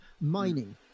Mining